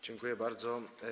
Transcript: Dziękuję bardzo.